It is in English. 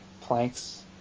planks